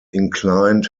inclined